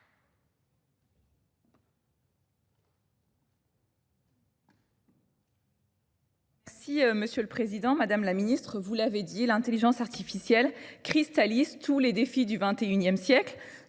Merci Monsieur le Président, Madame la Ministre, vous l'avez dit, l'intelligence artificielle cristallise tous les défis du XXIe siècle,